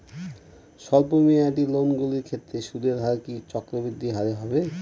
স্বল্প মেয়াদী লোনগুলির ক্ষেত্রে সুদের হার কি চক্রবৃদ্ধি হারে হবে?